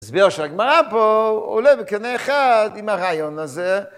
ההסבר של הגמרא פה, עולה בקנה אחד עם הרעיון הזה.